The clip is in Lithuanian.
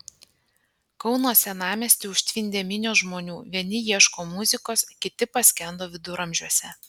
kauno senamiestį užtvindė minios žmonių vieni ieško muzikos kiti paskendo viduramžiuose